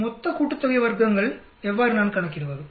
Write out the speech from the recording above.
வர்க்கங்களின் மொத்த கூட்டுத்தொகையை எவ்வாறு நான் கணக்கிடுவது